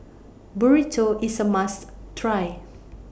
Burrito IS A must Try